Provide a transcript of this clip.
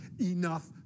enough